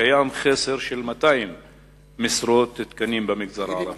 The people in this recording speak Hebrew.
קיים חוסר של 200 משרות תקנים במגזר הערבי,